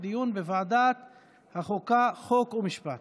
דיון בוועדת החוקה, חוק ומשפט.